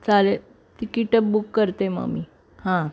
चालेल तिकीटं बुक करते मग मी हां